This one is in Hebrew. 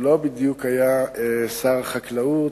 לא בדיוק היה שר החקלאות,